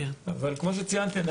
כמו שציינתי,